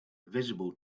visible